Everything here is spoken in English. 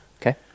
Okay